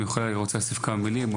תכף נראה אם היא רוצה להוסיף כמה מילים.